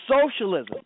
Socialism